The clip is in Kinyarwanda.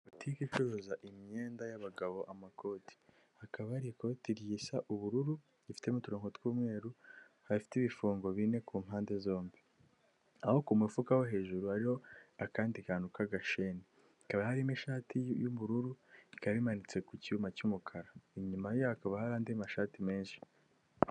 Botike icuruza imyenda y'abagabo amakoti. Hakaba hari ikoti risa ubururu rifite uturongo tw'umweru, hafite ibifungo bine ku mpande zombi. Aho ku mufuka wo hejuru hariho akandi kantu k'agasheni, hakaba harimo ishati y'ubururu , imanitse ku cyuma cy'umukara, inyuma hakaba hari andi mashati menshi.